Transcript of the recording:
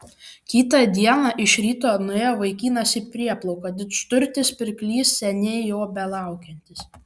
kitą dieną iš ryto nuėjo vaikinas į prieplauką didžturtis pirklys seniai jo belaukiantis